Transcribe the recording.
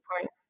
point